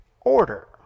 order